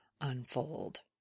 unfold